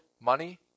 money